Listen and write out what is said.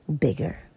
bigger